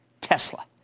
Tesla